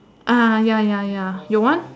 ah ya ya ya your one